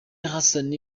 hassan